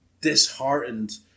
disheartened